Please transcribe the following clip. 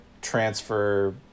transfer